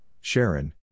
Sharon